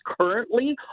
currently